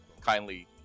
kindly